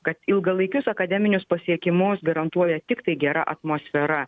kad ilgalaikius akademinius pasiekimus garantuoja tiktai gera atmosfera